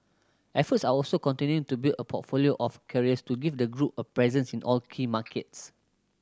efforts are also continuing to build a portfolio of carriers to give the group a presence in all key markets